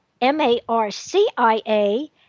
M-A-R-C-I-A